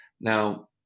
now